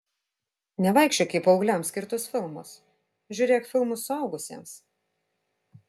nevaikščiok į paaugliams skirtus filmus žiūrėk filmus suaugusiems